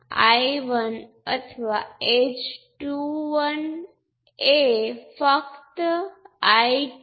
તેથી આ voltage control voltage source છે જેની પ્રપોશનાલિટી કોન્સ્ટન્ટ h12 છે અથવા અથવા જેની કિંમત h12 × V2